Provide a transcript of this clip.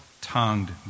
tongued